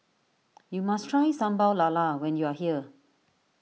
you must try Sambal Lala when you are here